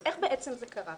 אז איך בעצם זה קרה?